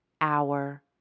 hour